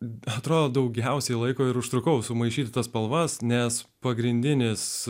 b atrodo daugiausiai laiko ir užtrukau sumaišytas spalvas nes pagrindinis